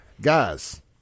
Guys